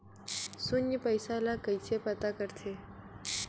शून्य पईसा ला कइसे पता करथे?